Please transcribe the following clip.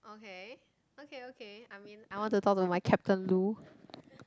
okay okay okay i mean I want to talk to my Captain Loo